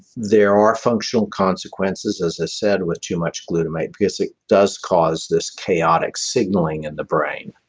there are functional consequences, as ah said, with too much glutamate because it does cause this chaotic signaling in the brain.